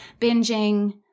binging